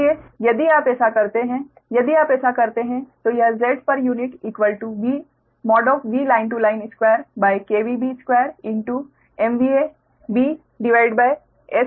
इसलिए यदि आप ऐसा करते हैं यदि आप ऐसा करते हैं तो यह ZpuVL L2B2MVABSload3ϕ होगा